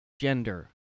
gender